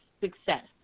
success